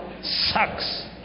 sucks